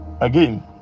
again